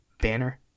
Banner